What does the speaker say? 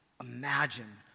imagine